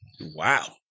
Wow